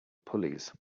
pulleys